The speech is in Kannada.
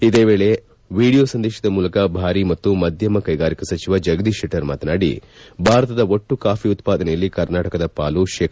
ಇದೇ ವೇಳೆ ವಿಡಿಯೋ ಸಂದೇಶದ ಮೂಲಕ ಭಾರೀ ಮತ್ತು ಮಧ್ಯಮ ಕೈಗಾರಿಕಾ ಸಚಿವ ಜಗದೀಶ್ ಶೆಟ್ಟರ್ ಮಾತನಾಡಿ ಭಾರತದ ಒಟ್ಟು ಕಾಫಿ ಉತ್ಪಾದನೆಯಲ್ಲಿ ಕರ್ನಾಟಕದ ಪಾಲು ಶೇ